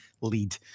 lead